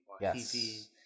Yes